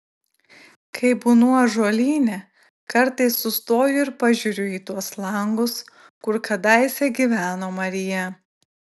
kai būnu ąžuolyne kartais sustoju ir pažiūriu į tuos langus kur kadaise gyveno marija